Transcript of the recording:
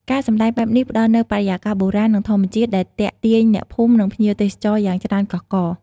ការសម្តែងបែបនេះផ្តល់នូវបរិយាកាសបុរាណ និងធម្មជាតិដែលទាក់ទាញអ្នកភូមិ និងភ្ញៀវទេសចរយ៉ាងច្រើនកុះករ។